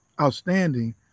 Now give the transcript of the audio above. outstanding